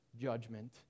judgment